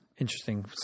interesting